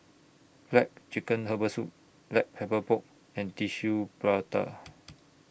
Black Chicken Herbal Soup Black Pepper Pork and Tissue Prata